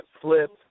flip